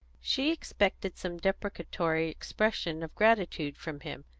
she expected some deprecatory expression of gratitude from him,